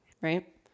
Right